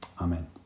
amen